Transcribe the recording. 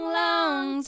long